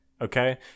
okay